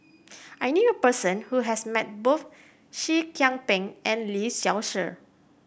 I knew a person who has met both Seah Kian Peng and Lee Seow Ser